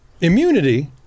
immunity